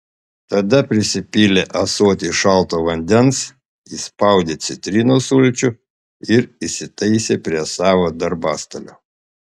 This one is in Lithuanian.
tada prisipylė ąsotį šalto vandens įspaudė citrinos sulčių ir įsitaisė prie savo darbastalio